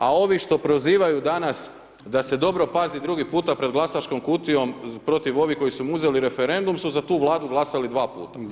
A ovi što prozivaju danas da se dobro pazi drugi puta pred glasačkom kutijom protiv ovih koji su mu uzeli referendum su za tu Vladu glasali 2 puta.